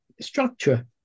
structure